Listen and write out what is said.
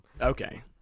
Okay